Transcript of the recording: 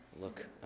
look